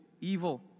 evil